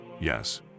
Yes